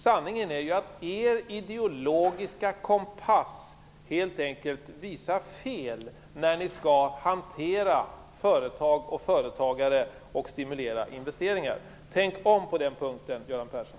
Sanningen är ju att er ideologiska kompass helt enkelt visar fel, när ni skall hantera företag och företagare och stimulera investeringar. Tänk om på den punkten, Göran Persson!